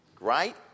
right